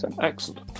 Excellent